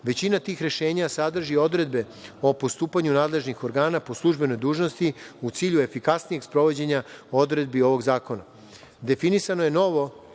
većina tih rešenja sadrži odredbe o postupanju nadležnih organa po službenoj dužnosti u cilju efikasnijeg sprovođenja odredbi ovog zakona. Definisano je novo